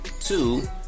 Two